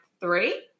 three